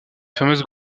fameuses